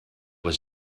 was